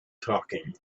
talking